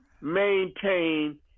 maintain